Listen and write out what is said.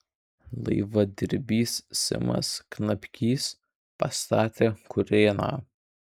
laivadirbys simas knapkys pastatė kurėną